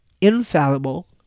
infallible